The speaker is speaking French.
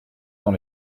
dans